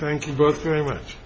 thank you both very much